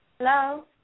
Hello